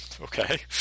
Okay